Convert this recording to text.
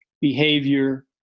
behavior